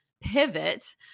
pivot